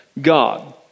God